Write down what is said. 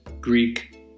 Greek